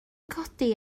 codi